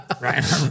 right